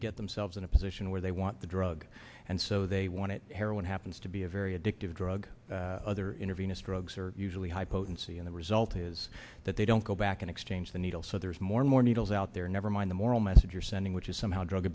to get themselves in a position where they want the drug and so they want it heroin happens to be a very addictive drug other intervene as drugs are usually high potency and the result is that they don't go back in exchange the needle so there is more and more needles out there never mind the moral message you're sending which is somehow drug